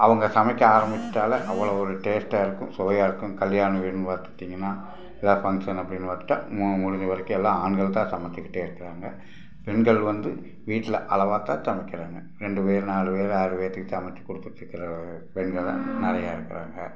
அவங்க சமைக்க ஆரம்மிச்சிட்டாலே அவ்வளோ ஒரு டேஸ்ட்டாக இருக்கும் சுவையாக இருக்கும் கல்யாண வீடுன்னு பார்த்துக்கிட்டிங்கன்னா எதாவது ஃபங்க்ஷன் அப்படின்னு பார்த்துக்கிட்டா மு முடிஞ்ச வரைக்கும் எல்லா ஆண்கள்தான் சமைத்துக்கிட்டே இருக்காங்க பெண்கள் வந்து வீட்டில் அளவாகத்தான் சமைக்கிறாங்க ரெண்டு பேர் நாலு பேர் ஆறு பேத்துக்கு சமைத்து கொடுத்துட்ருக்குற பெண்கள்தான் நிறையா இருக்கிறாங்க